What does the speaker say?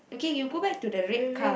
okay you go back to the red car